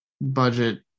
budget